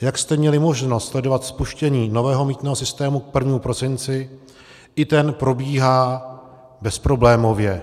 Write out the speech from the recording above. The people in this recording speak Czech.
Jak jste měli možnost sledovat spuštění nového mýtného systému k 1. prosinci, i ten probíhá bezproblémově.